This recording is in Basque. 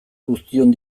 guztion